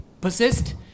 persist